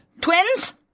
Twins